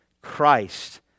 Christ